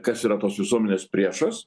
kas yra tos visuomenės priešas